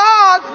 God